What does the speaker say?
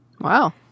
Wow